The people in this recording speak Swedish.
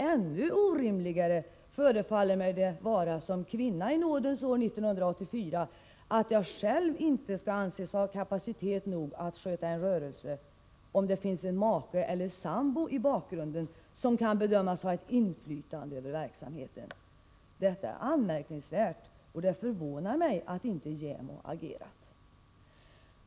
Ännu orimligare förefaller det mig som kvinna i nådens år 1984 vara att jag själv inte skall anses ha kapacitet nog att sköta en rörelse, om det finns en make eller ”sambo” i bakgrunden, som kan bedömas ”ha ett inflytande över verksamheten”. Detta är anmärkningsvärt, och det förvånar mig att inte JÄMO agerat.